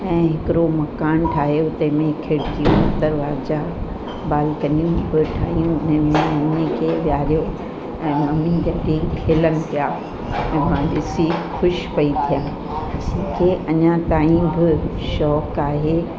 ऐं हिकिड़ो मां कान ठाहियो तंहिं मे खिड़कियूं दरवाजा बालकनी उहे ठाहियूं हुन में मूंखे बीहारियो ऐं खेलनि पिया ऐं मां ॾिसी ख़ुशि पेई थियमि के अञा ताईं बि शौक़ु आहे